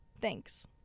Thanks